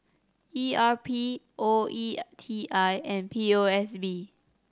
E R P O E T I and P O S B